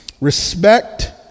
respect